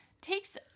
takes